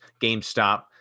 GameStop